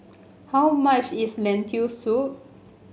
how much is Lentil Soup